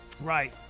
Right